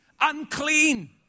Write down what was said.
unclean